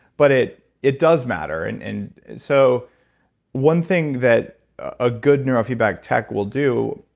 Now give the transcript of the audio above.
but it it does matter. and and so one thing that a good neurofeedback tech will do